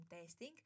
testing